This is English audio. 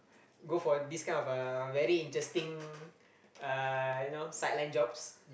go for this kind of uh very interesting uh you know side line jobs